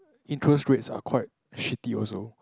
interest rates are quite shitty also